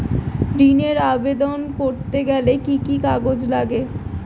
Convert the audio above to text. ঋণের আবেদন করতে গেলে কি কি কাগজ লাগে?